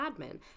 admin